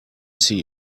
see